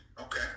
Okay